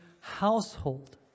household